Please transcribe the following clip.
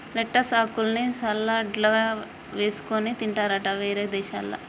lettuce ఆకుల్ని సలాడ్లల్ల వేసుకొని తింటారట వేరే దేశాలల్ల